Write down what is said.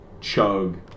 chug